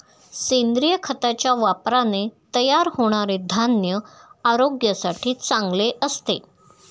सेंद्रिय खताच्या वापराने तयार होणारे धान्य आरोग्यासाठी चांगले असते